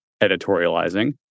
editorializing